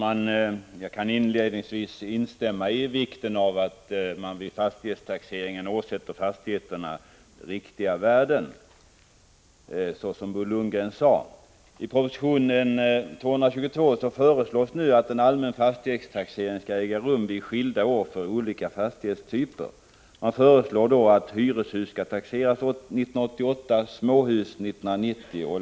Herr talman! Jag vill inledningvis instämma med Bo Lundgren om vikten av att man vid fastighetstaxeringen åsätter fastigheterna riktiga värden.